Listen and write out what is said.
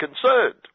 concerned